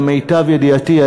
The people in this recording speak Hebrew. למיטב ידיעתי,